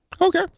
Okay